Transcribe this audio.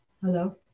Hello